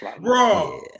Bro